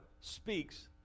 speaks